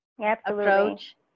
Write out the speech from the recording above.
approach